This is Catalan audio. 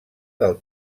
del